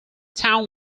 town